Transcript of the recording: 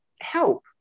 help